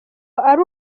ari